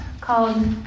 called